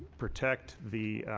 protect the